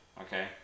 okay